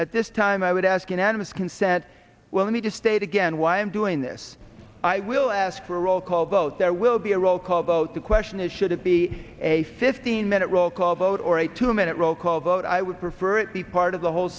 at this time i would ask unanimous consent well let me just state again why i'm doing this i will ask for a roll call vote there will be a roll call vote the question is should it be a fifteen minute roll call vote or a two minute roll call vote i would prefer it be part of the whole